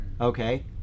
okay